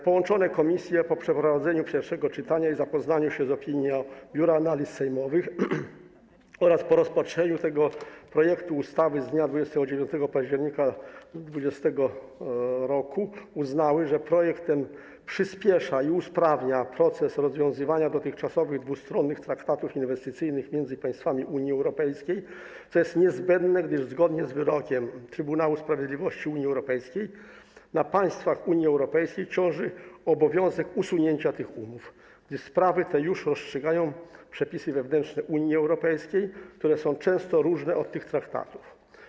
Połączone komisje po przeprowadzeniu pierwszego czytania i zapoznaniu się z opinią Biura Analiz Sejmowych oraz po rozpatrzeniu tego projektu ustawy z dnia 29 października 2020 r. uznały, że projekt ten przyspiesza i usprawnia proces rozwiązywania dotychczasowych dwustronnych traktatów inwestycyjnych między państwami Unii Europejskiej, co jest niezbędne, gdyż zgodnie z wyrokiem Trybunału Sprawiedliwości Unii Europejskiej na państwach Unii Europejskiej ciąży obowiązek usunięcia tych umów, gdyż sprawy te już rozstrzygają przepisy wewnętrzne Unii Europejskiej, które są często różne od tych traktatów.